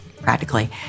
practically